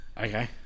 Okay